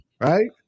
right